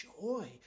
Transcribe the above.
joy